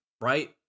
right